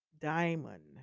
Diamond